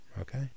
Okay